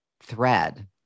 thread